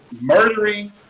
murdering